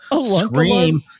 scream